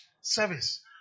service